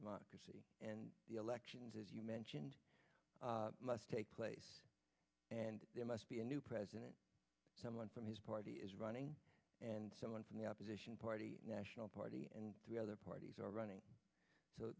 democracy and elections as you mentioned must take place and there must be a new president someone from his party is running and someone from the opposition party national party and the other parties are running